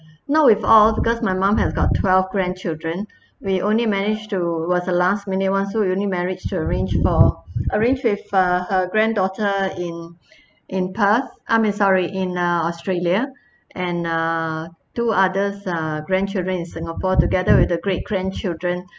not with all because my mum has got twelve grandchildren we only managed to was a last minute one so we only manage to arrange for arrange with uh her granddaughter in in perth I'm sorry in uh australia and err two others are grandchildren in singapore together with the great grandchildren